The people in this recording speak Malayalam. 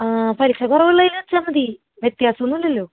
ആ പലിശ കുറവുള്ളതിനു വെച്ചാൽ മതി വ്യത്യാസമൊന്നും ഇല്ലല്ലോ